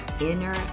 inner